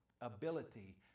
ability